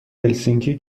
هلسینکی